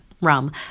rum